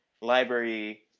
library